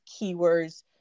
keywords